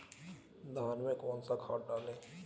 धान में कौन सा खाद डालें?